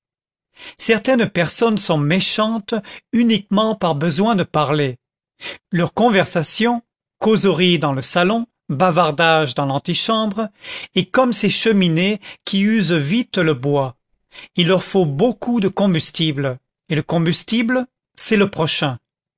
certaines personnes sont méchantes uniquement par besoin de parler leur conversation causerie dans le salon bavardage dans l'antichambre est comme ces cheminées qui usent vite le bois il leur faut beaucoup de combustible et le combustible c'est le prochain